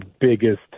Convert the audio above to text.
biggest